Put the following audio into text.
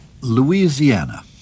Louisiana